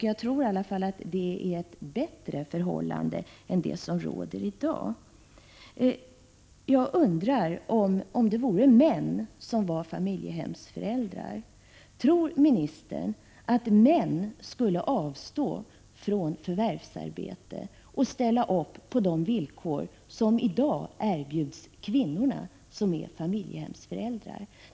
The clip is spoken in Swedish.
Jag tror att objektsanställning kan innebära bättre förhållanden än de som råder i dag. Om det vore män som var familjehemsföräldrar, tror ministern att de i så fall skulle avstå från förvärvsarbete och ställa upp på de villkor som i dag erbjuds de kvinnor som är familjehemsföräldrar?